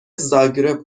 زاگرب